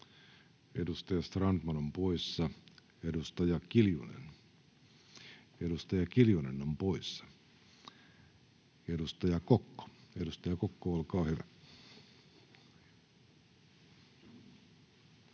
Edustaja Kiljunen, edustaja Kiljunen on poissa. — Edustaja Kokko, olkaa hyvä.